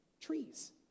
Trees